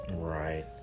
Right